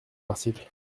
l’article